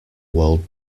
world